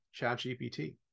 ChatGPT